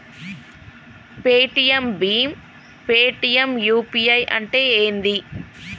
Paytm భీమ్ Paytm UPI అంటే ఏంది?